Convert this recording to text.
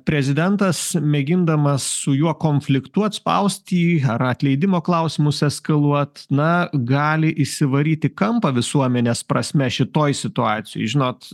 prezidentas mėgindamas su juo konfliktuot spaust jį ar atleidimo klausimus eskaluot na gali įsivaryt į kampą visuomenės prasme šitoj situacijoj žinot